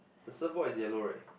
the surfboard is yellow right